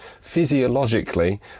physiologically